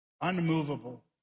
unmovable